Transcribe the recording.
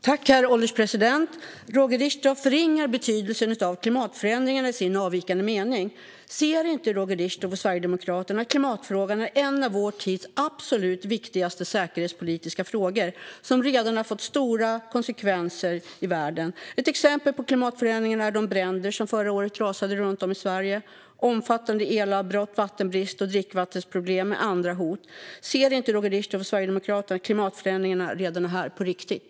Herr ålderspresident! Roger Richtoff förringar betydelsen av klimatförändringarna i sin avvikande mening. Ser inte Roger Richtoff och Sverigedemokraterna att klimatfrågan är en av vår tids absolut viktigaste säkerhetspolitiska frågor, som redan har fått stora konsekvenser i världen? Ett exempel på klimatförändringarna är de bränder som förra året rasade runt om i Sverige. Omfattande elavbrott, vattenbrist och dricksvattenproblem är andra hot. Ser inte Roger Richtoff och Sverigedemokraterna att klimatförändringarna redan är här på riktigt?